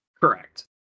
Correct